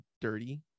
dirty